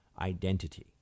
identity